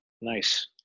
Nice